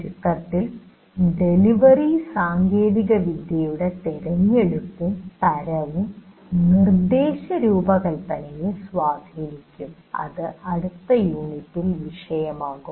ചുരുക്കത്തിൽ ഡെലിവറി സാങ്കേതികവിദ്യയുടെ തെരഞ്ഞെടുപ്പും തരവും നിർദ്ദേശരൂപകൽപ്പനയെ സ്വാധീനിക്കും അത് അടുത്ത യൂണിറ്റിന്റെ വിഷയമാകും